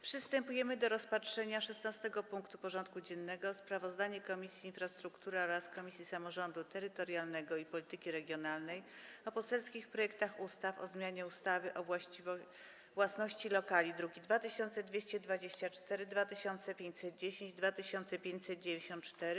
Przystępujemy do rozpatrzenia punktu 16. porządku dziennego: Sprawozdanie Komisji Infrastruktury oraz Komisji Samorządu Terytorialnego i Polityki Regionalnej o poselskich projektach ustaw o zmianie ustawy o własności lokali (druki nr 2224, 2510 i 2594)